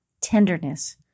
tenderness